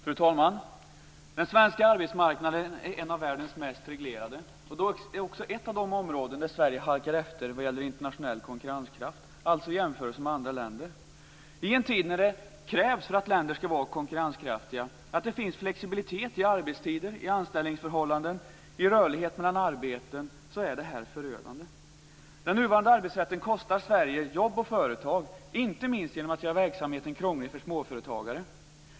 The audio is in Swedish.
Fru talman! Den svenska arbetsmarknaden är en av världens mest reglerade. Den är också ett av de områden där Sverige i jämförelse med andra länder halkar efter vad gäller internationell konkurrenskraft. I en tid när det för att länder skall vara konkurrenskraftiga krävs att det finns flexibilitet i arbetstider, i anställningsförhållanden och rörlighet mellan arbeten är detta förödande. Den nuvarande arbetsrätten kostar Sverige jobb och företag, inte minst genom att verksamheten görs krånglig för småföretagare.